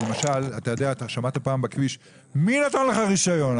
אתה שמעת פעם בכביש את השאלה: מי נתן לך רישיון,